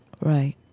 Right